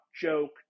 joke